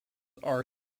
are